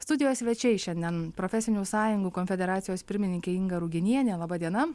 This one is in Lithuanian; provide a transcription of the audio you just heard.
studijos svečiai šiandien profesinių sąjungų konfederacijos pirmininkė inga ruginienė laba diena